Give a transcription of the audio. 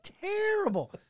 terrible